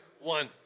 One